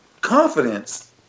confidence